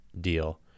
deal